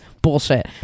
Bullshit